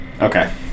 Okay